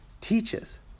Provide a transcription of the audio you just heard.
teaches